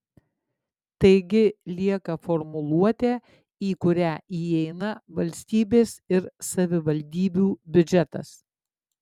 taigi lieka formuluotė į kurią įeina valstybės ir savivaldybių biudžetas